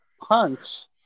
punch